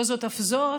לא זאת אף זאת,